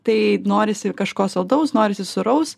tai norisi kažko saldaus norisi sūraus